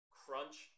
crunch